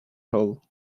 hole